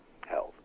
health